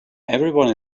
everyone